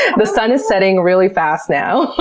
the sun is setting really fast now,